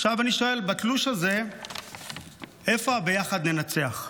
עכשיו אני שואל: בתלוש הזה איפה ה"ביחד ננצח"?